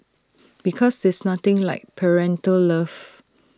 because there's nothing like parental love